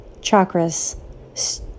chakras